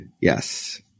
Yes